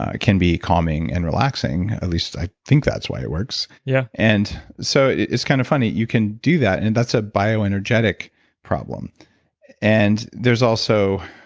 ah can be calming and relaxing, at least i think that's why it works yeah and so it's kind of funny you can do that and that's a bio energetic problem and there's also,